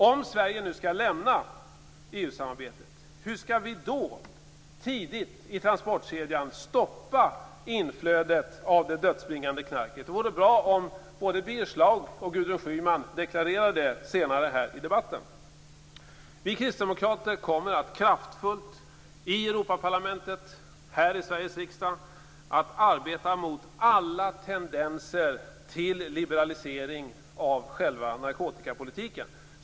Om Sverige skall lämna EU-samarbetet, hur skall vi då tidigt i transportkedjan stoppa inflödet av det dödsbringande knarket? Det vore bra om både Birger Schlaug och Gudrun Schyman gav en deklaration senare i debatten. Vi kristdemokrater kommer att kraftfullt i Europaparlamentet, här i Sveriges riksdag, att arbeta mot alla tendenser till liberalisering av själva narkotikapolitiken.